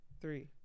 three